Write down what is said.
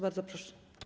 Bardzo proszę.